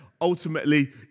ultimately